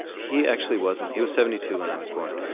he actually wasn't, he was seventy two when i was born,